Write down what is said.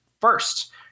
first